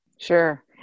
Sure